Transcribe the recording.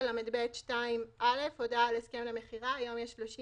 שמי שרכש דירה והיא היוותה דירה נוספת מהאחד באוקטובר 2018,